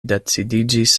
decidiĝis